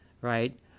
right